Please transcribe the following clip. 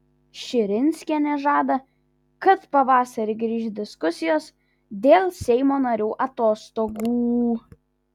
širinskienė žada kad pavasarį grįš diskusijos dėl seimo narių atostogų